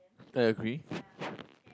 I agree